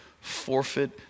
Forfeit